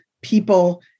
people